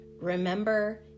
remember